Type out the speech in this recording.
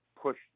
push